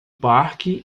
parque